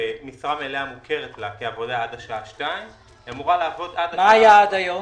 שמשרה מלאה מוכרת לה כעבודה עד השעה 2:00. מה היה עד היום?